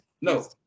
No